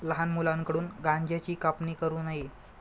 लहान मुलांकडून गांज्याची कापणी करू नये